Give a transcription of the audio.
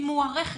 והיא מוערכת.